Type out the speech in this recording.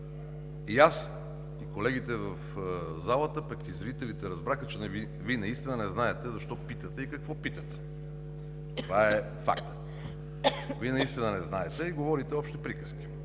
и аз, и колегите в залата, пък и зрителите разбраха, че Вие наистина не знаете защо питате и какво питате. Това е факт. Вие наистина не знаете и говорите общи приказки.